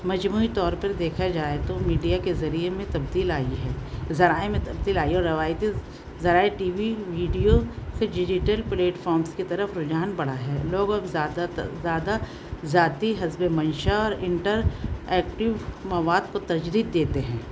مجموعی طور پر دیکھا جائے تو میڈیا کے ذریعے میں تبدیل آئی ہے ذرائع میں تبدیل آئی ہے اور روایتی ذرائع ٹی وی ویڈیو سے جیڈیٹل پلیٹفامس کی طرف رجحان بڑھا ہے لوگ اب زیادہ تر زیادہ ذاتی حسب منشا اور انٹرایکٹیو مواد کو ترجیح دیتے ہیں